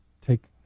take